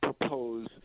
propose